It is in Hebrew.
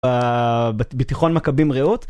ב...בתיכון מכבים-רעות?